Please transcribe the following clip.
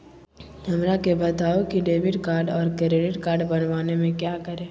हमरा के बताओ की डेबिट कार्ड और क्रेडिट कार्ड बनवाने में क्या करें?